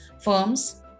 firms